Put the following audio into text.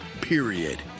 period